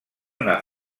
una